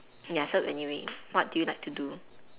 ya so anyway what do you like to do